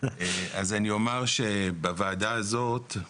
אז אני אומר שבוועדה הזאת,